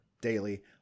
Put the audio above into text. daily